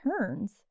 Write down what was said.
turns